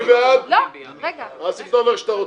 אל תכתוב חודשים,